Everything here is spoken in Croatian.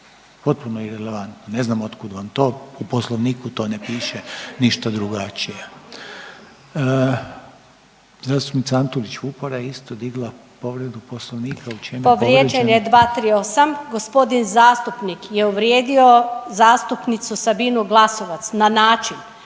potpuno irelevantno, ne znam od kud vam to, u Poslovniku to ne piše ništa drugačije. Zastupnika Antolić Vupora je isto digla povredu Poslovnika. U čem je povrijeđen